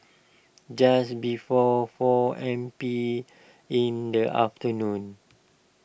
just before four M P in the afternoon